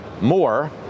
more